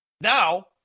Now